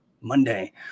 Monday